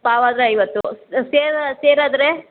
ಪಾವಾದರೆ ಐವತ್ತು ಸೇರು ಸೇರಾದರೆ